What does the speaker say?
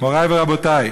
מורי ורבותי,